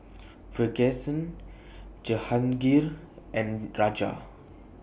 Verghese Jehangirr and Raja